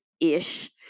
Ish